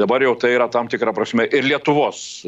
dabar jau tai yra tam tikra prasme ir lietuvos